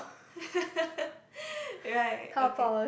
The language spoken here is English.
right okay